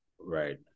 Right